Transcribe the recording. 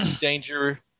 danger